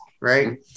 Right